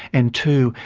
and two,